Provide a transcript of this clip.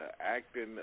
Acting